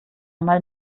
einmal